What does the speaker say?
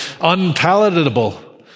unpalatable